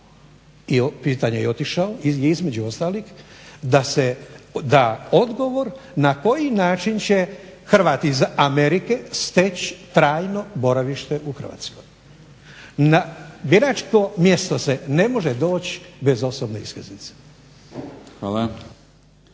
pitanje i otišao, između ostalih da se, da odgovor na koji način će Hrvat iz Amerike steći trajno boravište u Hrvatskoj. Na biračko mjesto se ne može doći bez osobne iskaznice.